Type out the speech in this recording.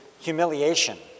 humiliation